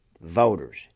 voters